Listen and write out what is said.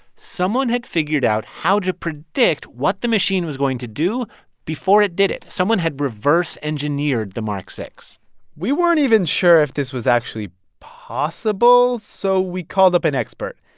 someone had figured out how to predict what the machine was going to do before it did it. someone had reverse engineered the mark iv we weren't even sure if this was actually possible, so we called up an expert.